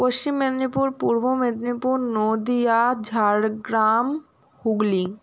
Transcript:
Paschim Medinipur Purba Medinipur Nadia Jhargram Hooghly